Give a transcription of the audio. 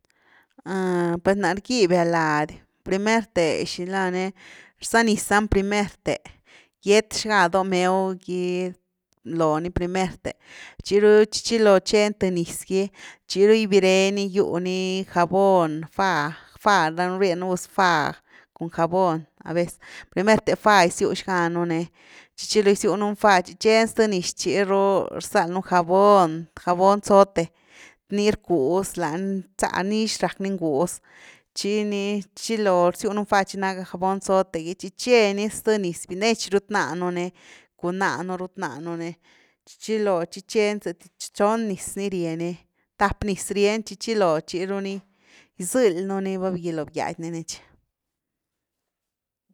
per na rgibia lady, primerte shilani rzaniza ny primert’e, gieth xga dó mew gy lo ni, primert’e, tchiru tchi chilo tcheni th niz gy, tchiru gibire giu ni jabón, fá-fá, danuun riennu gus fá, cun jabón a vez, primert’e fá gisiu xga nú ni tchi chiloo gisiu nu ni fá tchi tcheni zth niz tchiru gyzald nú jabón, jabón zote, ni rcuz lany, nza, nix rack ni nguz tchi ni tchi chilo gisiunu ni fá, tchi naga jabón zote gy tchi cheni zth niz, binietch ruth nanuni cun náh nú ruth ná nuni tchi chilo tchi cheni z¨¨ethi chon niz ni rieni, tap niz rien tchi chilo tchiru ni gizëly nú ni, va vilo biad ni ni tchi.